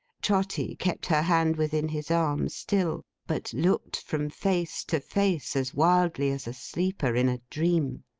trotty kept her hand within his arm still, but looked from face to face as wildly as a sleeper in a dream.